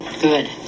Good